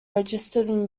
registered